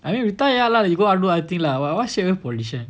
I mean retire lah then you go out work one thing lah why straight away politician